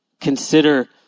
consider